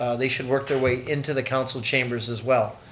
they should work their way into the council chambers as well.